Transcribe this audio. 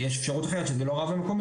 יש אפשרות אחרת שזה לא הרב המקומי,